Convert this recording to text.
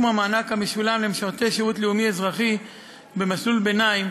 המענק המשולם למשרתי שירות לאומי-אזרחי במסלול ביניים